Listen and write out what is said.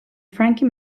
frankie